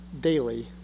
daily